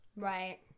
Right